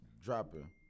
dropping